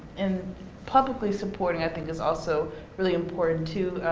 and publicly supporting, i think is also really important too.